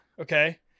okay